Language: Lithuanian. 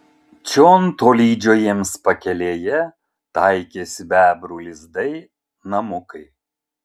čion tolydžio jiems pakelėje taikėsi bebrų lizdai namukai